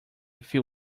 few